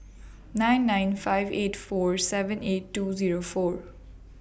nine nine five eight four seven eight two Zero four